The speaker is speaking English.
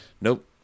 nope